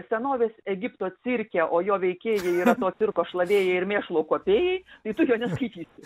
senovės egipto cirke o jo veikėjai yra to cirko šlavėjai ir mėšlo kuopėjai tai tu jo neskaitysi